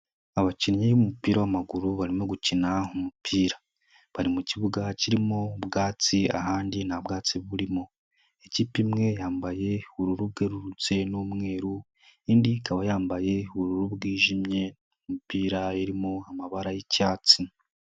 Abakinnyi b'umupira w'amaguru barimo gukina umupira. Bari mu kibuga kirimo ubwatsi ahandi nta bwatsi burimo. Ikipe imwe yambaye ubururu bwerurutse n'umweru, indi ikaba yambaye ubururu bwijimye, imipira irimo amabara y'icyatsi.